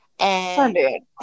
Sunday